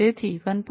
તેથી 1